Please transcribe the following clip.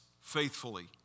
faithfully